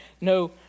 no